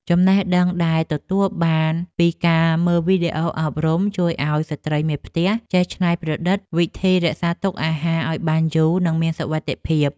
ចំណេះដឹងដែលទទួលបានពីការមើលវីដេអូអប់រំ ជួយឱ្យស្ត្រីមេផ្ទះចេះច្នៃប្រឌិតវិធីរក្សាទុកអាហារឱ្យបានយូរនិងមានសុវត្ថិភាព។